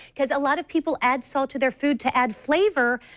because lot of people add salt to their food to add flavor.